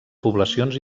poblacions